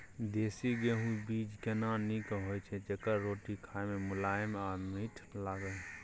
देसी गेहूँ बीज केना नीक होय छै जेकर रोटी खाय मे मुलायम आ मीठ लागय?